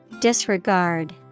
Disregard